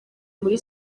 muri